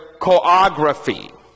choreography